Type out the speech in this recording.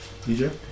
DJ